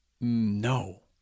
No